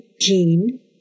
gene